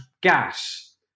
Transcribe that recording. gas